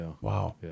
Wow